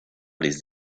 les